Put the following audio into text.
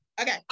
Okay